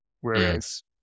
Whereas